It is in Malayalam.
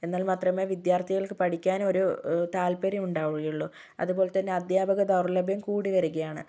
എന്നാല് മാത്രമേ വിദ്യാര്ത്ഥികള്ക്ക് പഠിക്കാന് ഒരു താല്പര്യം ഉണ്ടാവുകയുള്ളൂ അതുപോലെതന്നെ അധ്യാപക ദൗര്ലഭ്യം കൂടി വരികയാണ്